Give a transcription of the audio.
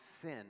sin